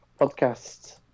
podcast